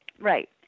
Right